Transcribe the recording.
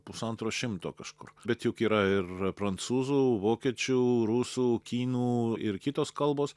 pusantro šimto kažkur bet juk yra ir prancūzų vokiečių rusų kinų ir kitos kalbos